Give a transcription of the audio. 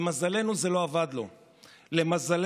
מזמן